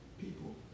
people